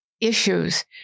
issues